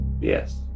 yes